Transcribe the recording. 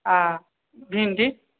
आ भिन्डी